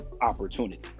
opportunity